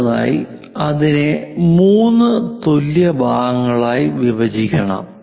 അടുത്തതായി അതിനെ മൂന്ന് തുല്യ ഭാഗങ്ങളായി വിഭജിക്കണം